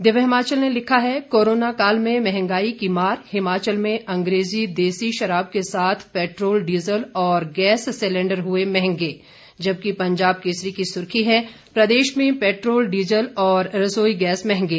दिव्य हिमाचल ने लिखा है कोरोना काल में महंगाई की मार हिमाचल में अंग्रेजी देसी शराब के साथ पेट्रोल डीजल और गैसे सिलेंडर हुए महंगे जबकि पंजाब केसरी की सुर्खी है प्रदेश में पैट्रोल डीजल और रसोई गैस महंगे